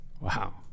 Wow